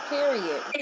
Period